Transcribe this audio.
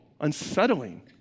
unsettling